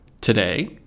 today